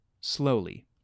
slowly